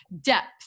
depth